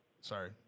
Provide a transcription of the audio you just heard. Sorry